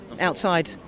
outside